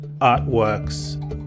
artworks